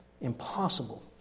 Impossible